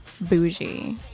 Bougie